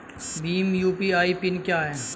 Bhim UPI PIN क्या है?